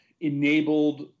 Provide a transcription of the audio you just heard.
enabled